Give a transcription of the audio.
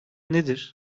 nedir